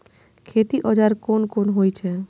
खेती औजार कोन कोन होई छै?